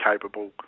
capable